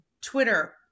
Twitter